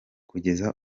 kugeza